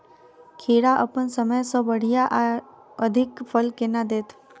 खीरा अप्पन समय सँ बढ़िया आ अधिक फल केना देत?